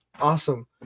awesome